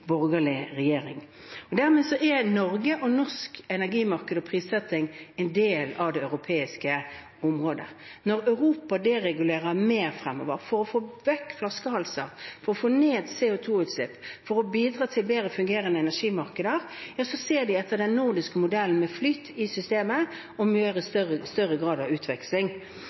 borgerlig regjering. Dermed er Norge og norsk energimarked og prissetting en del av det europeiske området. Når Europa deregulerer mer fremover for å få vekk flaskehalser, for å få ned CO2-utslipp, for å bidra til bedre fungerende energimarkeder, ser de etter den nordiske modellen med flyt i systemet og med større grad av utveksling.